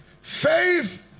Faith